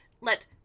let